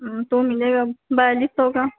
हाँ तो मिलेगा बयालीस सौ का